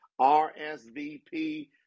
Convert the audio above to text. RSVP